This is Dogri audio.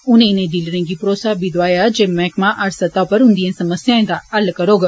उनें इनें डीलरें गी भरोसा बी दोआया जे मैहकमा हर स्तह उप्पर उन्दिएं समस्याएं दा हल करौग